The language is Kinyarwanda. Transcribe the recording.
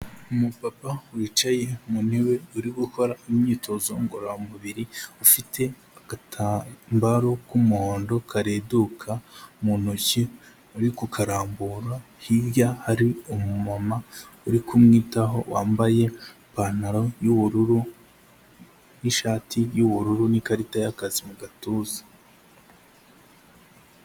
Umupapa wicaye mu ntebe uri gukora imyitozo ngororamubiri, ufite agatambaro k'umuhondo kareduka mu ntoki ari ku karambura, hirya hari umumama uri kumwitaho wambaye ipantaro y'ubururu n'ishati y'ubururu n'ikarita y'akazi mu gatuza.